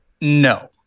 No